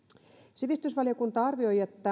sivistysvaliokunta arvioi että